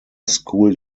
school